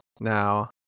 Now